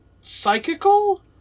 psychical